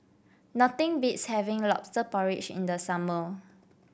nothing beats having lobster porridge in the summer